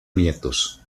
nietos